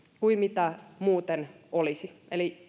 kuin mitä muuten olisi eli